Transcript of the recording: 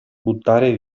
buttare